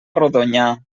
rodonyà